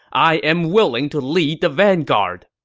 i am willing to lead the vanguard!